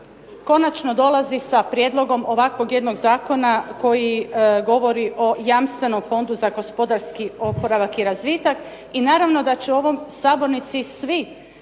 konačno dolazi sa prijedlogom ovakvog jednog zakona koji govori o jamstvenom fondu za gospodarski oporavak i razvitak. I naravno da će u ovoj sabornici svi